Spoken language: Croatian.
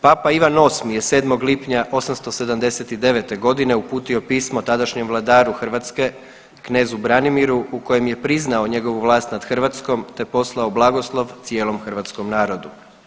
Papa Ivan VIII je 7. lipnja 879.g. uputio pismo tadašnjem vladaru Hrvatske knezu Branimiru u kojem je priznao njegovu vlast nad Hrvatskom te poslao blagoslov cijelom hrvatskom narodu.